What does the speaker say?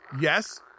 Yes